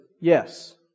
yes